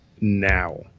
now